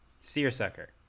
Seersucker